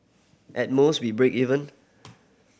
at most we break even